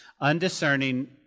undiscerning